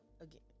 again